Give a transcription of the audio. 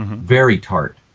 very tart,